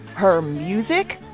her music.